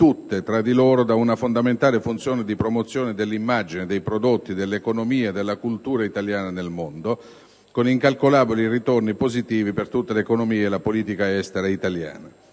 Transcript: tutte tra di loro da una fondamentale funzione di promozione dell'immagine, dei prodotti, dell'economia e della cultura italiana nel mondo con incalcolabili ritorni positivi per tutta l'economia e la politica estera italiana.